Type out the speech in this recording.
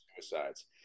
suicides